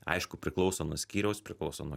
aišku priklauso nuo skyriaus priklauso nuo